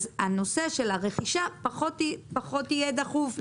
אז הנושא של הרכישה פחות יהיה דחוף.